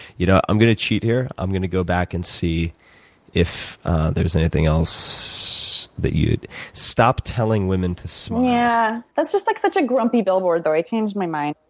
you know, i'm going to cheat here. i'm going to go back and see if there's anything else that you had stop telling women to smile. yeah, it's just like such a grumpy billboard though. i changed my mind.